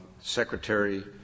Secretary